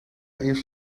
eerst